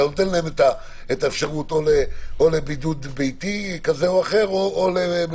אתה נותן להם את האפשרות או לבידוד ביתי כזה או אחר או למלונית.